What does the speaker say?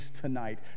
tonight